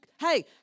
Hey